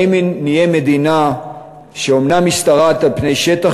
האם נהיה מדינה שמשתרעת אומנם על פני שטח